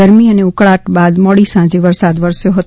ગરમી અને ઉકળાટ પછી મોડી સાંજે વરસાદ વરસી પડયો હતો